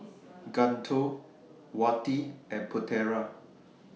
Guntur Wati and Putera